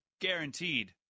Guaranteed